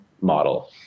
model